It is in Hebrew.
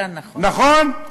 נכון?